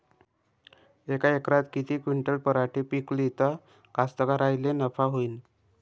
यका एकरात किती क्विंटल पराटी पिकली त कास्तकाराइले नफा होईन?